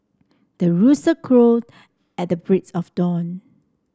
the rooster crow at the break of dawn